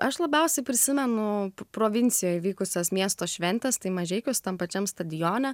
aš labiausiai prisimenu provincijoj vykusias miesto šventes tai mažeikiuos tam pačiam stadione